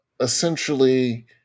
essentially